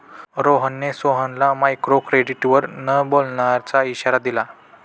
रोहनने सोहनला मायक्रोक्रेडिटवर न बोलण्याचा इशारा दिला